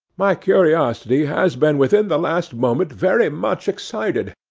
my curiosity has been within the last moment very much excited.